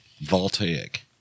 Voltaic